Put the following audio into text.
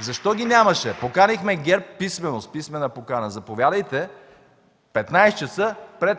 Защо ги нямаше? Поканихме ГЕРБ писмено, с писмена покана – заповядайте в 15 ч. пред